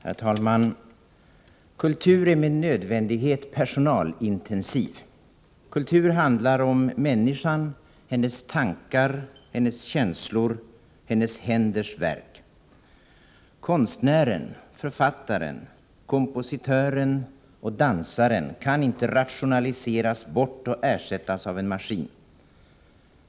Herr talman! Kultur är med nödvändighet personalintensiv. Kultur handlar om människan, hennes tankar, hennes känslor och hennes händers verk. Konstnären, författaren, kompositören och dansaren kan inte rationaliseras bort och ersättas av en maskin.